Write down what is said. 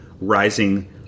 rising